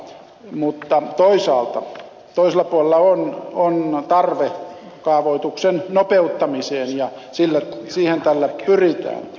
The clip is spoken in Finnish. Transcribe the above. mutta toisaalta toisella puolella on tarve kaavoituksen nopeuttamiseen ja siihen tällä pyritään